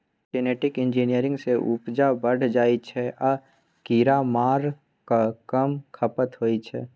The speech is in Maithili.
जेनेटिक इंजीनियरिंग सँ उपजा बढ़ि जाइ छै आ कीरामारक कम खपत होइ छै